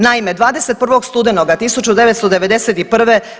Naime, 21.studenoga 1991.